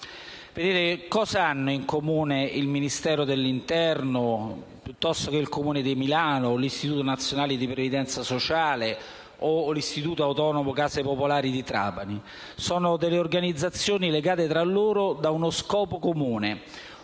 Governo. Che cosa hanno in comune il Ministero dell'interno, il Comune di Milano, l'Istituto nazionale di previdenza sociale o l'Istituto autonomo case popolari di Trapani? Sono organizzazioni legate tra loro da uno scopo comune,